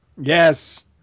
Yes